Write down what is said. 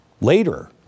later